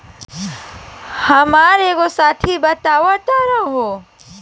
हामार एगो साथी बतावत रहे